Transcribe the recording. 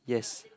yes